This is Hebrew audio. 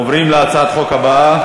אנחנו עוברים להצעת החוק הבאה,